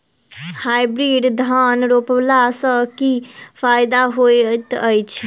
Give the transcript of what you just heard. Hybrid धान रोपला सँ की फायदा होइत अछि?